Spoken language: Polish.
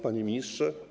Panie Ministrze!